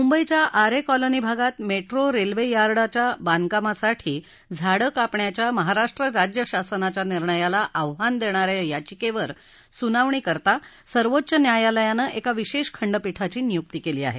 मुंबईच्या आरे कॉलनी भागात metro railway यार्डच्या बांधकामासाठी झाडं कापण्याच्या महाराष्ट्र राज्य शासनाच्या निर्णयाला आव्हान देणा या याचिकेवर सु्नावणीसाठी सर्वोच्च न्यायालयाने एका विशेष खंडपीठाची नियुक्ती केली आहे